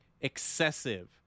excessive